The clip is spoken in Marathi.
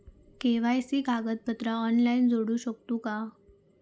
के.वाय.सी कागदपत्रा ऑनलाइन जोडू शकतू का?